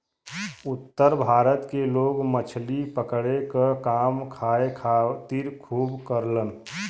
उत्तर भारत के लोग मछली पकड़े क काम खाए खातिर खूब करलन